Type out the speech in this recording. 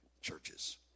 churches